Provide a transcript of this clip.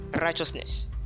righteousness